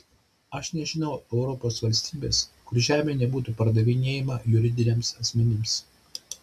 aš nežinau europos valstybės kur žemė nebūtų pardavinėjama juridiniams asmenims